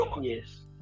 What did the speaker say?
yes